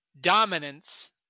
dominance